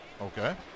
Okay